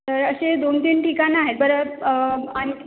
तर असे दोन तीन ठिकाणं आहेत बरं आणखी